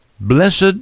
Blessed